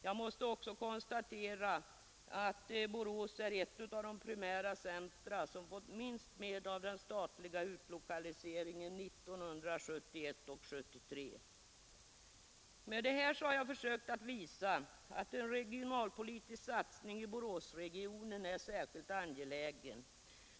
Jag måste också konstatera att Borås är ett av de primära centra som fått minst med av de statliga utlokaliseringarna 1971 och 1973, Med detta har jag försökt visa att en regionalpolitisk satsning i Boråsregionen är särskilt angelägen.